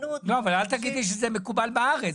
אבל אל תגידי שזה מקובל בארץ.